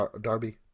Darby